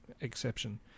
Exception